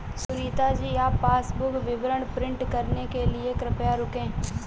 सुनीता जी आप पासबुक विवरण प्रिंट कराने के लिए कृपया रुकें